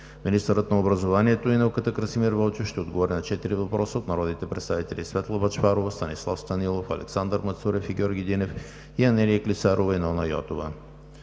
Министърът на образованието и науката Красимир Вълчев ще отговори на четири въпроса от народните представители Светла Бъчварова; Станислав Станилов; Александър Мацурев и Георги Динев; и Анелия Клисарова и Нона Йотова.